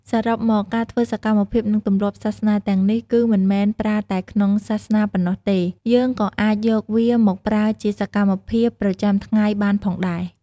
សរុបមក ការធ្វើសកម្មភាពនិងទម្លាប់សាសនាទាំងនេះគឺមិនមែនប្រើតែក្នុងសាសនាប៉ុន្នោះទេ យើកក៏អាចយកវាមកប្រើជាសម្មភាពប្រចាំថ្ងៃបានផងដែរ។